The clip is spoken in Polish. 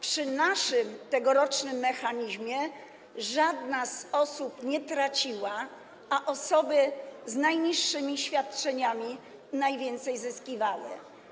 Przy naszym tegorocznym mechanizmie żadna osoba nie traciła, a osoby z najniższymi świadczeniami najwięcej zyskiwały.